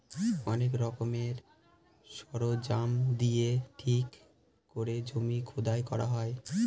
অনেক রকমের সরঞ্জাম দিয়ে ঠিক করে জমি খোদাই করা হয়